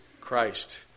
Christ